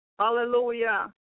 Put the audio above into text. Hallelujah